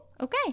Okay